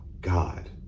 God